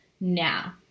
now